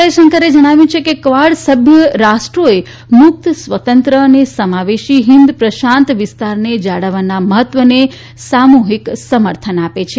જયશંકરે જણાવ્યું છે કે કવાડ સભ્ય રાષ્ટ્રોએ મુકત ખુલ્લા અને સમાવેશી હિંદ પ્રશાંતને જાળવવાના મહત્વને સામુહીક સમર્થન આપે છે